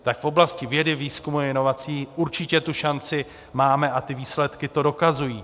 Tak v oblasti vědy, výzkumu a inovací určitě tu šanci máme a výsledky to dokazují.